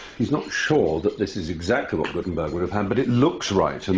he's not sure that this is exactly what gutenberg would have had, but it looks right. and